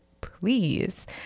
please